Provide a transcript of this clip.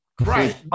Right